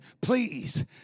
please